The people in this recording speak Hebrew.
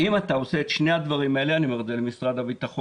אם אתה עושה את שני הדברים האלה אני אומר את זה למשרד הביטחון